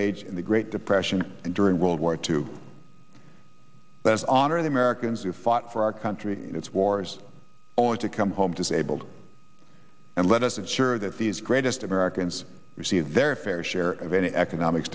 age in the great depression and during world war two honor the americans who fought for our country and its wars only to come home disabled and let us ensure that these greatest americans receive their fair share of any economic